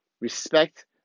Respect